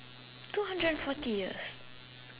two hundred and forty years